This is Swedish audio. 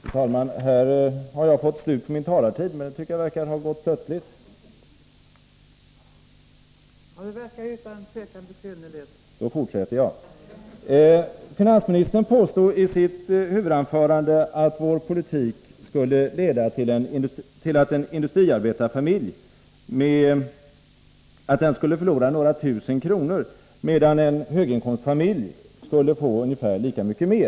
Finansministern påstod i sitt huvudanförande att vår politik skulle leda till att en industriarbetarfamilj skulle förlora några tusen kronor medan en höginkomstfamilj skulle få ungefär lika mycket mer.